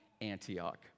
Antioch